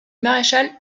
maréchal